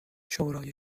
شورای